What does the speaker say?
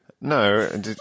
No